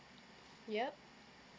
yup